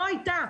לא הייתה.